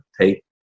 take